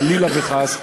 חלילה וחס,